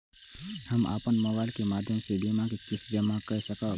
हम अपन मोबाइल के माध्यम से बीमा के किस्त के जमा कै सकब?